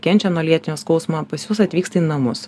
kenčia nuo lėtinio skausmo pas juos atvyksta į namus